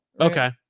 Okay